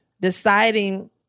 deciding